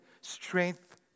strength